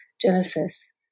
genesis